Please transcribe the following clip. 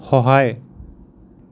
সহায়